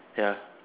ya